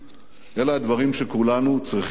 אלה הדברים שכולנו צריכים להוקיר.